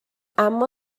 اما